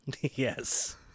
Yes